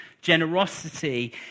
generosity